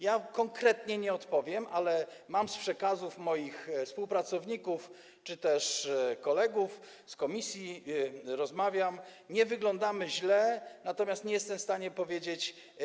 Ja konkretnie nie odpowiem, ale wiem z przekazów moich współpracowników czy też kolegów z komisji, bo rozmawiam, że nie wyglądamy źle, natomiast nie jestem w stanie odpowiedzieć.